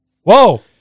Whoa